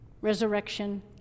resurrection